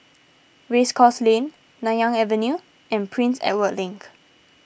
Race Course Lane Nanyang Avenue and Prince Edward Link